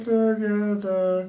together